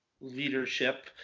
leadership